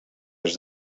est